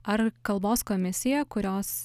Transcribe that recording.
ar kalbos komisija kurios